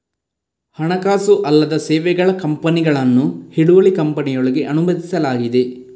ಹಣಕಾಸು ಅಲ್ಲದ ಸೇವೆಗಳ ಕಂಪನಿಗಳನ್ನು ಹಿಡುವಳಿ ಕಂಪನಿಯೊಳಗೆ ಅನುಮತಿಸಲಾಗಿದೆ